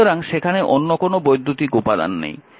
সুতরাং সেখানে অন্য কোনও বৈদ্যুতিক উপাদান নেই